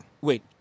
Wait